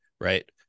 right